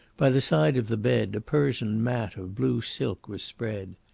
by the side of the bed a persian mat of blue silk was spread.